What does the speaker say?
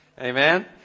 Amen